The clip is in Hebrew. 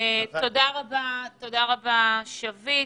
תודה רבה, שביט.